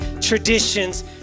traditions